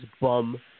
bum